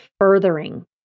furthering